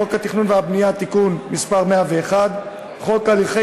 חוק התכנון והבנייה (תיקון מס' 101); חוק הליכי